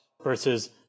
versus